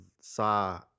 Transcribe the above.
saw